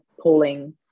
pulling